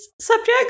subject